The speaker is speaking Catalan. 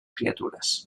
criatures